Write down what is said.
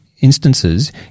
Instances